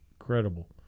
Incredible